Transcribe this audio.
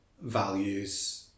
values